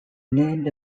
named